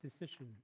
decision